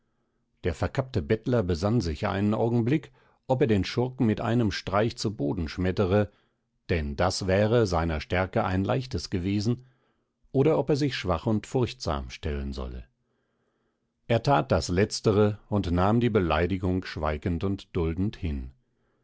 der verkappte bettler besann sich einen augenblick ob er den schurken mit einem streich zu boden schmettere denn das wäre seiner stärke ein leichtes gewesen oder ob er sich schwach und furchtsam stellen solle er that das letztere und nahm die beleidigung schweigend und duldend hin